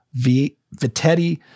Vitetti